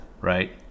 right